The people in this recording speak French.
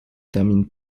termine